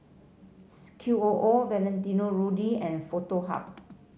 Qoo Valentino Rudy and Foto Hub